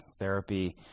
therapy